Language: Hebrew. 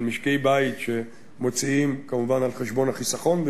של משקי-בית שמוציאים כמובן על חשבון החיסכון,